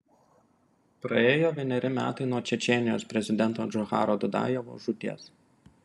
praėjo vieneri metai nuo čečėnijos prezidento džocharo dudajevo žūties